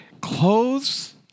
clothes